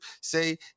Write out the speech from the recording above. say